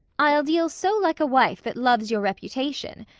i'll deal so like a wife that loves your reputation,